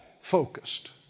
focused